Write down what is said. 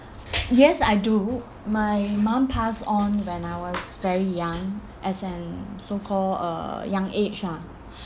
yes I do my mum passed on when I was very young as an so called a young age ah